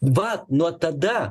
va nuo tada